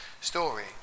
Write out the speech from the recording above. story